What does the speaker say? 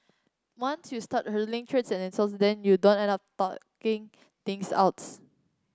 once you start hurling threats and insults then you don't end up talking things outs